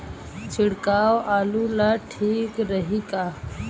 छिड़काव आलू ला ठीक रही का?